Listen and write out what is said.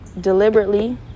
deliberately